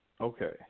okay